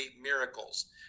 miracles